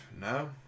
No